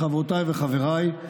חברותיי וחבריי,